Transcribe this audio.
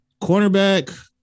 cornerback